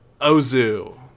Ozu